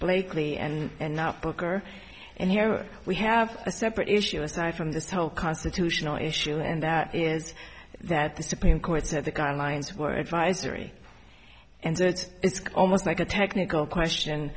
blakely and not booker and here we have a separate issue aside from this whole constitutional issue and that is that the supreme court said the guidelines were advisory and so it's almost like a technical question